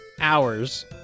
hours